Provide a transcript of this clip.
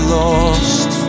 lost